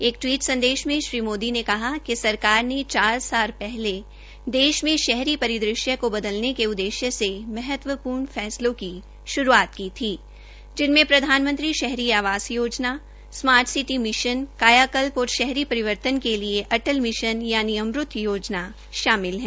एक टवीट में श्री मोदी ने कहा कि सरकार ने चार पहले देश में शहरी परिदृश्य को बदलने के उददेश्य से महत्वपूर्ण पहलों की श्रूआत की थी जिसमें प्रधानमंत्री शहरी आवास योजना स्मार्ट सिटी मिशन कायाकल्प और शहरी परिवर्तन के लिये अटल मिश्ना यानि अमरूत योजना शामिल है